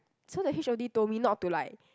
so the H_O_D told me not to like